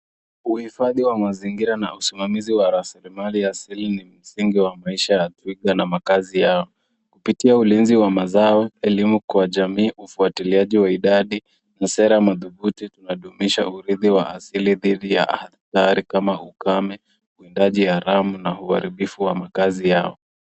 Uhifadhi wa mazingira na rasilmali asili ni msingi wa maisha ya afrika na makazi yao. Kupitia ulinzi wa mazao, elimu kwa jamii, ufuatiliaji wa idadi na sera madhubhuti unadumisha urithi wa asili dhidi ya hatari kama ukame, uwindaji haramu na uharibifu wa makazi yao.